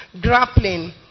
grappling